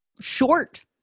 short